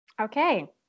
Okay